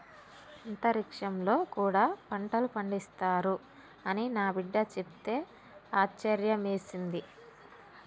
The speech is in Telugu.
అంతరిక్షంలో కూడా పంటలు పండిస్తారు అని నా బిడ్డ చెప్తే ఆశ్యర్యమేసింది